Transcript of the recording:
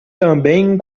também